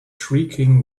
shrieking